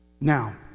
Now